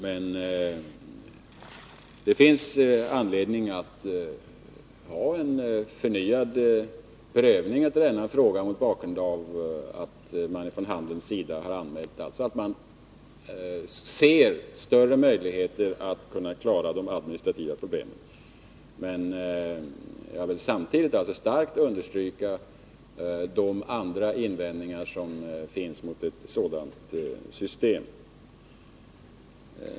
Men det finns anledning till en förnyad prövning av den frågan mot bakgrund av att handeln har anmält att man där nu ser större möjligheter att lösa de administrativa problemen. Jag vill samtidigt starkt understryka de övriga invändningar som finns mot ett sådant system.